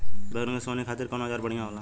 बैगन के सोहनी खातिर कौन औजार बढ़िया होला?